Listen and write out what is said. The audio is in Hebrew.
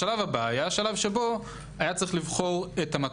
השלב הבא היה שלב שבו היה צריך לבחור את המטרות.